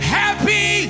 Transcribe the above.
happy